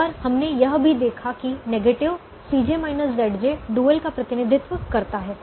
और हमने यह भी देखा कि नेगेटिव डुअल का प्रतिनिधित्व करता है